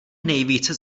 nejvíce